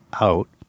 out